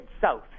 south